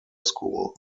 school